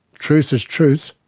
truth is truth,